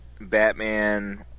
Batman